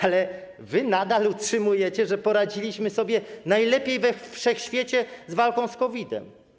Ale wy nadal utrzymujecie, że poradziliśmy sobie najlepiej we wszechświecie z walką z COVID-em.